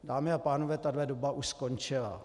Dámy a pánové, tahle doba už skončila.